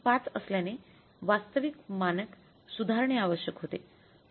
5 असल्याने वास्तविक मानक सुधारणे आवश्यक होते